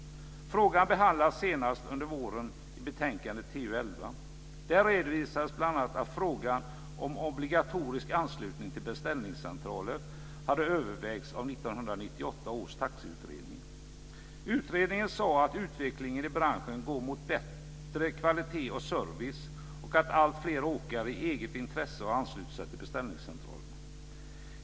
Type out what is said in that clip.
Frågan behandlades senast under förra våren i betänkandet TU11. Där redovisades bl.a. att frågan om obligatorisk anslutning till beställningscentral hade övervägts av 1998 års taxiutredning. Utredningen sade att utvecklingen i branschen går mot bättre kvalitet och service och att alltfler åkare i eget intresse har anslutit sig till beställningscentraler.